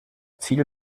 ziel